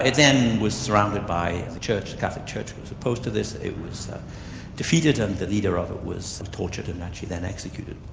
it was surrounded by the church, the catholic church was opposed to this, it was defeated and the leader of it was tortured and naturally then executed.